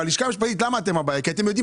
הלשכה המשפטית היא הבעיה כי אתם הרי יודעים